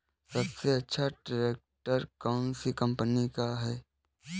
सबसे अच्छा ट्रैक्टर कौन सी कम्पनी का है?